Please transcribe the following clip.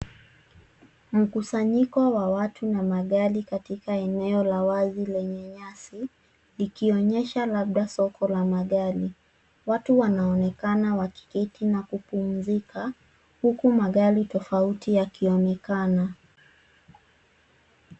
Mkusanyiko wa watu na magari katika eneo lenye nyasi, likionyesha labda soko la magari. Watu wanaonekana kuketi na kupumzika, huku magari tofauti yakionekana.